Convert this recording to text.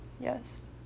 Yes